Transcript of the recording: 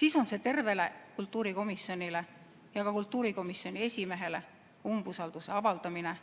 siis on see tervele kultuurikomisjonile ja ka kultuurikomisjoni esimehele umbusalduse avaldamine.